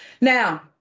Now